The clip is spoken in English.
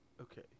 Okay